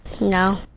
No